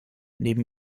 neben